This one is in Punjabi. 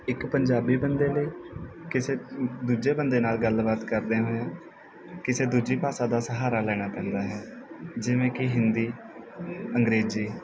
ਇੱਕ ਪੰਜਾਬੀ ਬੰਦੇ ਲਈ ਕਿਸੇ ਦੂਜੇ ਬੰਦੇ ਨਾਲ ਗੱਲਬਾਤ ਕਰਦਿਆਂ ਹੋਇਆਂ ਕਿਸੇ ਦੂਜੀ ਭਾਸ਼ਾ ਦਾ ਸਹਾਰਾ ਲੈਣਾ ਪੈਂਦਾ ਹੈ ਜਿਵੇਂ ਕਿ ਹਿੰਦੀ ਅੰਗਰੇਜ਼ੀ